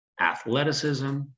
athleticism